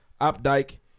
Opdyke